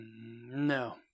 no